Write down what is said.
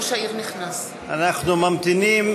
אנחנו ממתינים